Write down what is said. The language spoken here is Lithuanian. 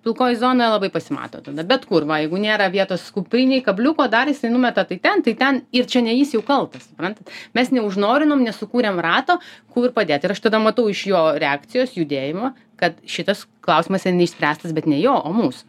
pilkoji zona labai pasimato tada bet kur va jeigu nėra vietos kuprinei kabliuko dar jisai numeta tai ten tai ten ir čia ne jis jau kaltas suprantat mes neužnorinom nesukūrėm rato kur padėt ir aš tada matau iš jo reakcijos judėjimo kad šitas klausimas yra neišspręstas bet ne jo o mūsų